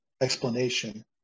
explanation